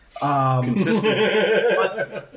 Consistency